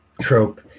trope